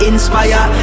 Inspire